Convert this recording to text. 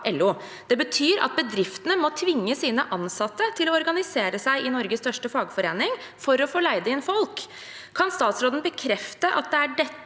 Det betyr at bedriftene må tvinge sine ansatte til å organisere seg i Norges største fagforening for å få leid inn folk. Kan statsråden bekrefte at det er dette